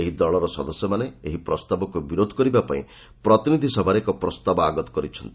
ଏହି ଦଳର ସଦସ୍ୟମାନେ ଏହି ପ୍ରସ୍ତାବକୁ ବିରୋଧ କରିବାପାଇଁ ପ୍ରତିନିଧି ସଭାରେ ଏକ ପ୍ରସ୍ତାବ ଆଗତ କରିଛନ୍ତି